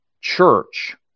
church